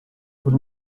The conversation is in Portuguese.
por